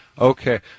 Okay